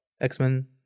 X-Men